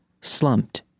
slumped